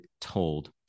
told